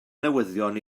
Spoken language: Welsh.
newyddion